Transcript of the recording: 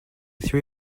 threw